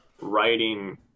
writing